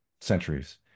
centuries